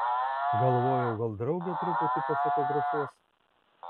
galvojau gal draugė truputį pafotografuos